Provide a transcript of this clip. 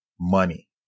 money